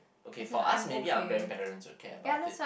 okay for us maybe our grandparents will care about it